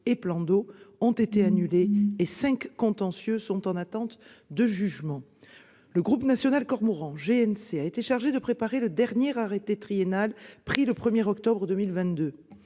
et plans d'eau ont été annulés et cinq contentieux sont en attente de jugement. Le groupe national cormorans (GNC) a été chargé de préparer le dernier arrêté triennal, pris le 1 octobre